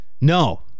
No